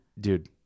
dude